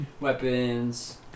Weapons